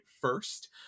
first